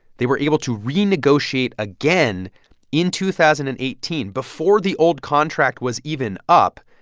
they were able to renegotiate again in two thousand and eighteen, before the old contract was even up,